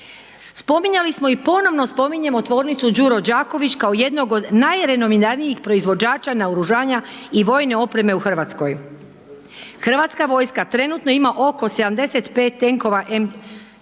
Spominjali smo i ponovno spominjemo tvornicu Đuro Đaković kao jednog od najrenomiranijih proizvođača naoružanja i vojne opreme u Hrvatskoj. Hrvatska vojska trenutno ima oko 75 tenkova M84